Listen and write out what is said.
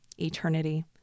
eternity